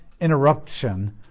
interruption